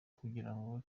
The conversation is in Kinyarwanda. kugirango